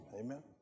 Amen